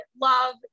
love